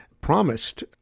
promised